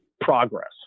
progress